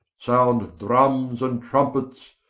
sound drumme and trumpets,